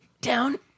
down